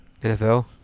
NFL